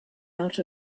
out